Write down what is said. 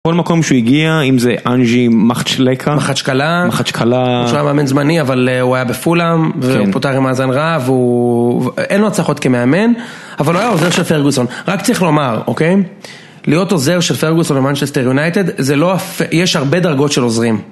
כל מקום שהוא הגיע, אם זה אנג'י מחדשקלה, הוא היה מאמן זמני אבל הוא היה בפולאם, הוא פוטר עם מאזן עב, אין לו הצלחות כמאמן, אבל הוא היה עוזר של פרגוסון, רק צריך לומר, אוקיי? להיות עוזר של פרגוסון במנצ'סטר יונייטד, יש הרבה דרגות של עוזרים.